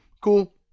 cool